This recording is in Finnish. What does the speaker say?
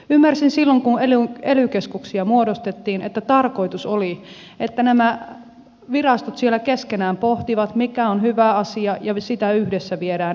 ymmärsin silloin kun ely keskuksia muodostettiin että tarkoitus oli että nämä virastot siellä keskenään pohtivat mikä on hyvä asia ja sitä yhdessä viedään eteenpäin